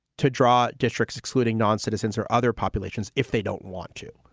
to draw districts excluding noncitizens or other populations if they don't want to.